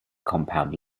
compound